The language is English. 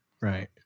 Right